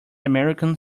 american